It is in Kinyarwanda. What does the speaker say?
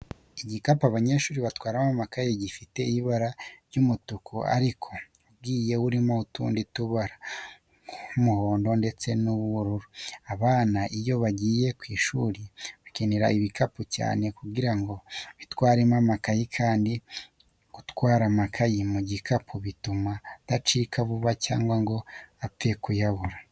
Igikapu abanyeshuri batwaramo amakayi gifite ibara ry'umutuku ariko ugiye urimo utundi tubara nk'umuhondo ndetse n'ubururu. Abana iyo bagiye ku ishuri bakenera ibikapu cyane kugira ngo babitwaremo amakayi kandi gutwara amakayi mu gikapu bituma adacika vuba cyangwa ngo bapfe kuyabura.